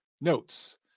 notes